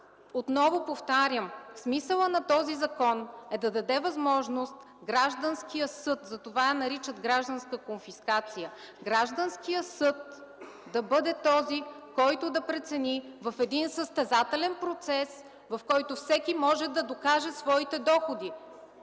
отново повтарям: смисълът на този закон е да даде възможност гражданският съд (затова я наричат гражданска конфискация), гражданският съд да бъде този, който да прецени в един състезателен процес, в който всеки може да докаже своите доходи,